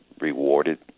rewarded